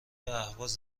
اهواز